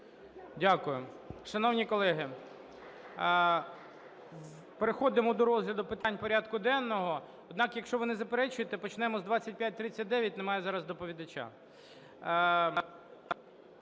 Дякую. Шановні колеги, переходимо до розгляду питань порядку денного. Однак, якщо ви не заперечуєте, почнемо з 2539, немає зараз доповідача.